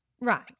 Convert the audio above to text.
Right